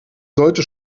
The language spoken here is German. sollte